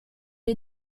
est